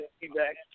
feedback